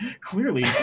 Clearly